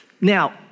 Now